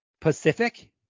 pacific